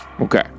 Okay